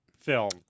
film